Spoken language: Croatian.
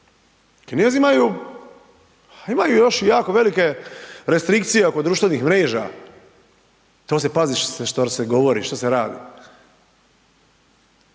a imaju još i jako velike restrikcije oko društvenih mreža, to se pazi šta se govori, šta se radi.